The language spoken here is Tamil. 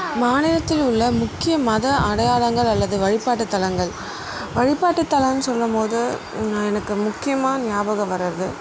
மாநிலத்தில் உள்ள முக்கிய மத அடையாளங்கள் அல்லது வழிபாட்டு தலங்கள் வழிபாட்டு தலம்னு சொல்லும் போது நான் எனக்கு முக்கியமாக ஞாபகம் வர்றது